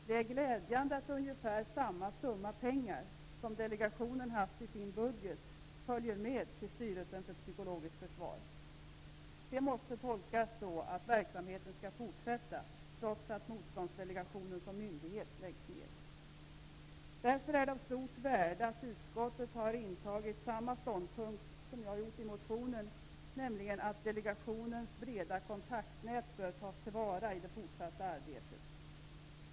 Det är glädjande att ungefär en lika stor summa pengar som delegationen haft i sin budget nu går till Styrelsen för psykologiskt försvar. Det måste tolkas så att verksamheten skall fortsätta, trots att motståndsdelegationen som myndighet läggs ner. Därför är det av stort värde att utskottet har intagit samma ståndpunkt som jag har fört fram i motionen, nämligen att delegationens omfattande kontaktnät bör tas till vara i det fortsatta arbetet.